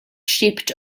shipped